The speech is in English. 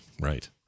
right